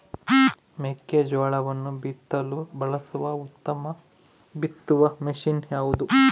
ಮೆಕ್ಕೆಜೋಳವನ್ನು ಬಿತ್ತಲು ಬಳಸುವ ಉತ್ತಮ ಬಿತ್ತುವ ಮಷೇನ್ ಯಾವುದು?